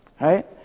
right